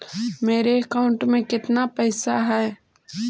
मेरे अकाउंट में केतना पैसा है?